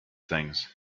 things